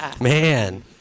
Man